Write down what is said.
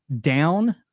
down